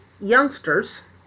youngsters